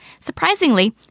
Surprisingly